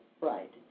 right